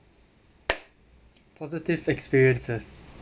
positive experiences